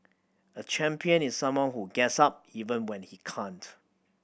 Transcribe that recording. a champion is someone who gets up even when he can't